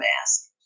mask